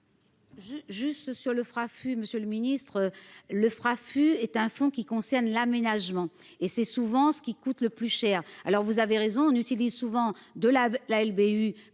Juste sur le fera fut Monsieur le Ministre, le fera fut est un fonds qui concerne l'aménagement et c'est souvent ce qui coûte le plus cher. Alors vous avez raison. On utilise souvent de la la